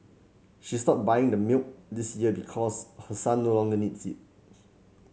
she stopped buying the milk this year because her son no longer needs it